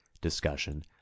discussion